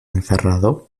encerrado